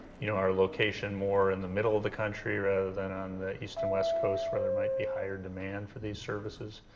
you know, our location more in the middle of the country rather than on the east and west coast where there might be higher demand for these services,